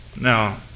Now